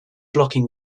blocking